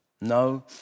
No